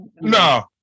No